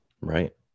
Right